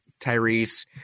Tyrese